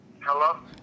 Hello